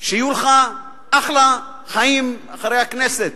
שיהיו לך אחלה חיים אחרי הכנסת.